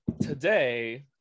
today